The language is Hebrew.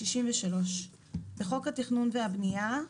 מסעיף 63 לחוק התכנון והבנייה,